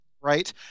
right